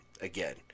again